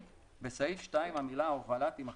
בסעיף 2, המילה "ההובלה" תימחק.